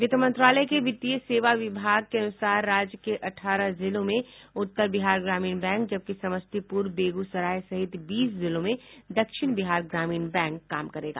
वित्त मंत्रालय के वित्तीय सेवा विभाग के अनुसार राज्य के अठारह जिलों में उत्तर बिहार ग्रामीण बैंक जबकि समस्तीपुर बेगूसराय सहित बीस जिलों में दक्षिण बिहार ग्रामीण बैंक काम करेगा